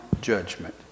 judgment